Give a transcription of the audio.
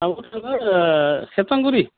माबायाव थाङो सेरफांगुरि